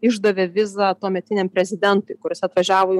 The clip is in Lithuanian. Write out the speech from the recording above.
išdavė vizą tuometiniam prezidentui kuris atvažiavo į